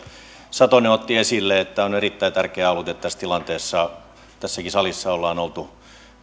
satonen otti esille että on erittäin tärkeää ollut että tässä tilanteessa tässäkin salissa ollaan oltu